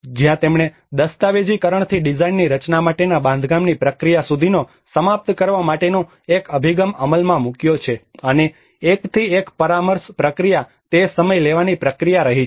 જ્યાં તેમણે દસ્તાવેજીકરણથી ડિઝાઇનની રચના માટેના બાંધકામની પ્રક્રિયા સુધીનો સમાપ્ત કરવા માટેનો એક અભિગમ અમલમાં મૂક્યો છે અને એકથી એક પરામર્શ પ્રક્રિયા તે સમય લેવાની પ્રક્રિયા રહી છે